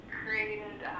created